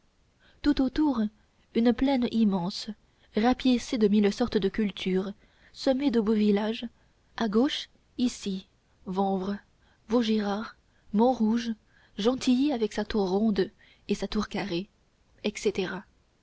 tout autour une plaine immense rapiécée de mille sortes de cultures semée de beaux villages à gauche issy vanvres vaugirard montrouge gentilly avec sa tour ronde et sa tour carrée etc